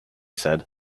said